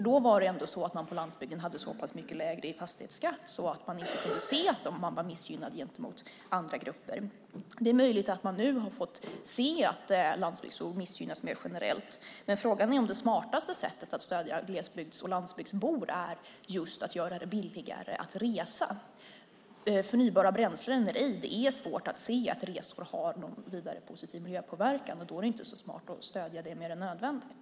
Då var det ändå så att man på landsbygden hade så pass mycket lägre i fastighetsskatt att man inte kunde se att man var missgynnad gentemot andra grupper. Det är möjligt att man nu har fått se att landsbygdsbor missgynnas mer generellt. Men frågan är om det smartaste sättet att stödja glesbygds och landsbygdsbor just är att göra det billigare att resa. Förnybara bränslen eller ej, det är svårt att se att resor har någon vidare positiv miljöpåverkan. Då är det inte så smart att stödja det mer än nödvändigt.